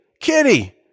Kitty